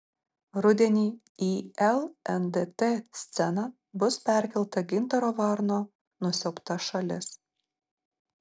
rudenį į lndt sceną bus perkelta gintaro varno nusiaubta šalis